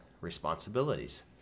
responsibilities